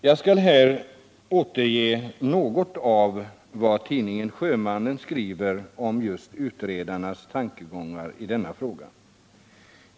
Jag skall här återge något av vad tidningen Sjömannen skriver om utredarnas tankegångar i denna fråga.